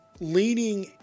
leaning